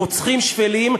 רוצחים שפלים,